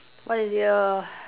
what is the err